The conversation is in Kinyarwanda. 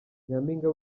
nyampinga